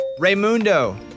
Raymundo